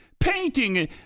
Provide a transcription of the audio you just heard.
Painting